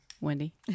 Wendy